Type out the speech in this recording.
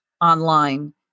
online